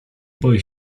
boi